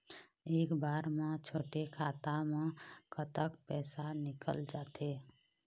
एक बार म छोटे खाता म कतक पैसा निकल जाथे?